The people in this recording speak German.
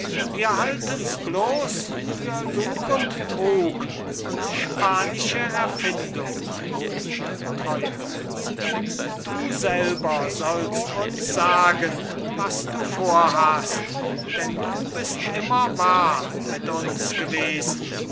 wir haltens bloß für lug und trug und spanische erfindung treuherzig du selber sollst uns sagen was du vorhast denn du bist immer wahr mit uns gewesen